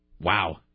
wow